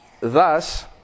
Thus